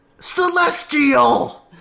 celestial